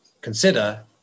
consider